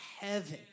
heaven